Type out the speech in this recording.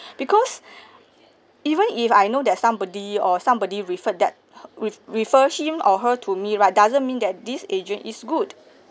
because even if I know that somebody or somebody referred that with refer him or her to me right doesn't mean that this agent is good